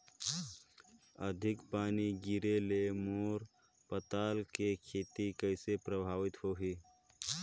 अधिक पानी गिरे ले मोर पताल के खेती कइसे प्रभावित होही?